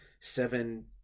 seven